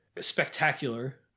spectacular